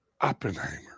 Oppenheimer